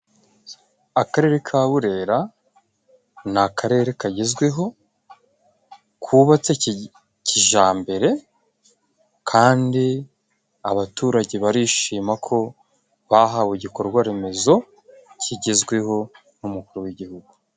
Akarere ka Burera ni akarere kagezweho, kubatse kijyambere, kandi abaturage barishima, ko bahawe igikorwa remezo kigezweho, n'umukuru w'igihugu.